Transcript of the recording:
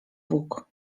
bóg